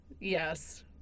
Yes